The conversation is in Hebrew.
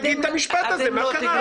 תגיד את המשפט הזה מה קרה?